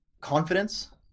confidence